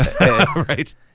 right